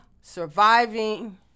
Surviving